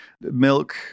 Milk